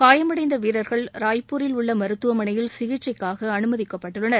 காயம் அடைந்த வீரர்கள் ராய்ப்பூரில் உள்ள மருத்துவமனையில் சிகிச்சைக்காக அனுமதிக்கப்பட்டுள்ளனர்